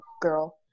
girl